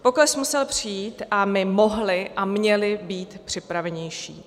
Pokles musel přijít a my mohli a měli být připravenější.